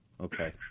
Okay